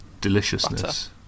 deliciousness